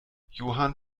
johann